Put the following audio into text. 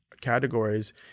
categories